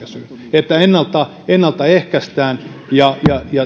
huomiota ennalta ehkäisyyn että ennalta ehkäistään ja